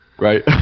right